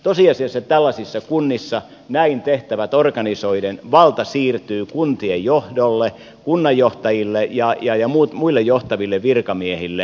tosiasiassa tällaisissa kunnissa näin tehtävät organisoiden valta siirtyy kuntien johdolle kunnanjohtajille ja muille johtaville virkamiehille